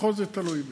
ככל שזה תלוי בי.